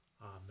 amen